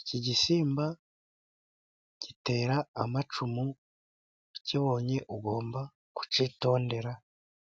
Iki gisimba gitera amacumu, ukibonye ugomba kukitondera.